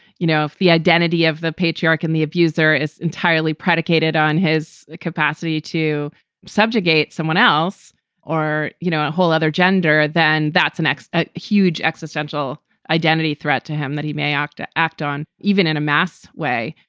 you know, if the identity of the patriarchy and the abuser is entirely predicated on his capacity to subjugate someone else or, you know, a whole other gender, then that's an a huge existential identity threat to him that he may act to act on even in a mass way.